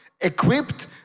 equipped